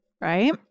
Right